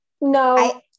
No